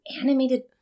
animated